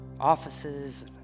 offices